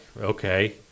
Okay